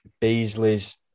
Beasley's